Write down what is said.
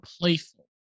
playful